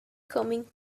coming